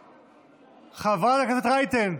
חברת הכנסת רייטן.